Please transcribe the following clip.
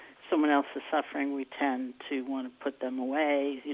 someone else's suffering, we tend to want to put them away,